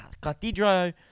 cathedral